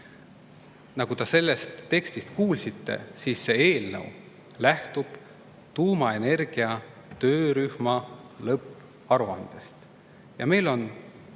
Nagu te sellest tekstist kuulsite, see eelnõu lähtub tuumaenergia töörühma lõpparuandest. Ja meil on